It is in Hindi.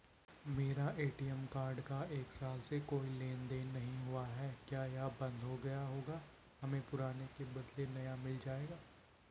मेरा ए.टी.एम कार्ड का एक साल से कोई लेन देन नहीं हुआ है क्या यह बन्द हो गया होगा हमें पुराने के बदलें नया मिल जाएगा?